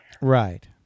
right